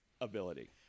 ability